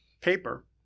paper